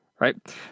Right